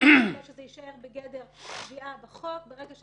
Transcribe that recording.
שנכון יותר שזה יישאר בגדר קביעה בחוק, כלומר,